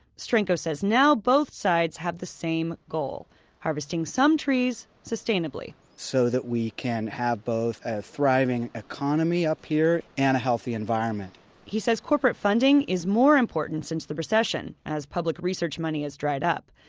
stranko says now both sides have the same goal harvesting some trees, sustainably so that we can have both a thriving economy up here and a healthy environment he says corporate funding is more important since the recession as public research money has dried up.